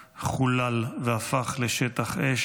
חולל והפך לשטח אש.